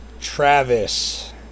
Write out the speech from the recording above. Travis